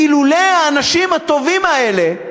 אילולא האנשים הטובים האלה,